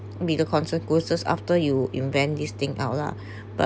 be the consequences after you invent this thing out lah but